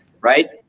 Right